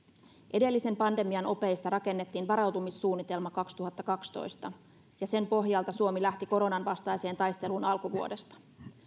edellisen pandemian opeista rakennettiin varautumissuunnitelma kaksituhattakaksitoista ja sen pohjalta suomi lähti koronan vastaiseen taisteluun alkuvuodesta